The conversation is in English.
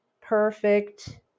perfect